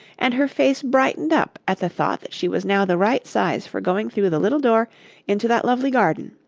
and her face brightened up at the thought that she was now the right size for going through the little door into that lovely garden.